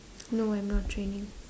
no I'm not training